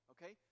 Okay